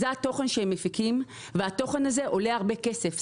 זה התוכן שהם מפיקים והתוכן הזה עולה הרבה כסף,